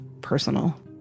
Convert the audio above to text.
personal